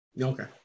okay